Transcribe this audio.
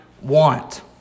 want